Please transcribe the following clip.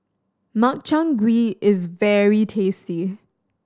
Makchang Gui is very tasty